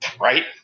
Right